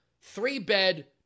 three-bed